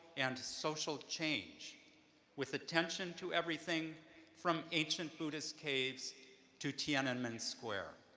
and social change with attention to everything from ancient buddhist caves to tienanmen square.